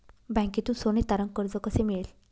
बँकेतून सोने तारण कर्ज कसे मिळेल?